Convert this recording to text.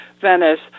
Venice